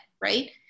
right